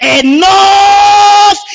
enough